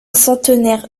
centenaire